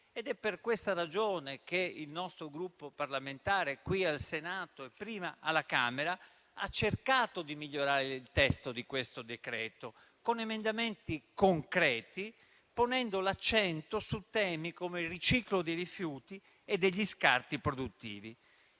È per questa ragione che il nostro Gruppo parlamentare al Senato, e prima alla Camera, ha cercato di migliorare il testo di questo decreto con emendamenti concreti, ponendo l'accento su temi come il riciclo dei rifiuti e degli scarti produttivi.